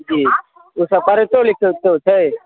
जी ई सब पढ़ै छै ने सबकोइ